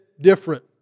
different